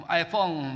iPhone，